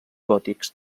gòtics